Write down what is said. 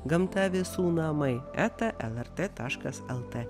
gamta visų namai eta lrt taškas lt